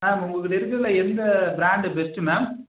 ma'am உங்கள் கிட்ட இருக்குறதில் எந்த பிராண்ட் பெஸ்ட் மேம்